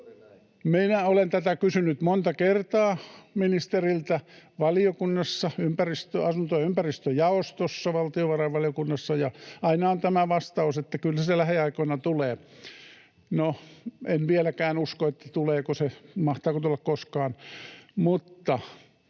olen tätä kysynyt monta kertaa ministeriltä valiokunnassa, asunto- ja ympäristöjaostossa, valtiovarainvaliokunnassa, ja aina on tämä vastaus, että kyllä se lähiaikoina tulee. No, en vieläkään usko, että tulee. Mahtaako tulla koskaan?